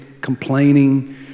complaining